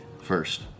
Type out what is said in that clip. first